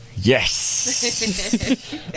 Yes